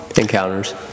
encounters